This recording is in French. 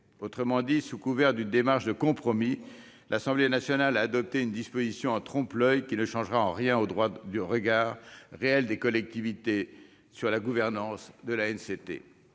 Autrement dit, sous couvert d'une démarche de compromis, l'Assemblée nationale a adopté une disposition en trompe-l'oeil, qui ne changera rien au droit de regard réel des collectivités territoriales sur la gouvernance de l'ANCT.